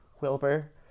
Wilbur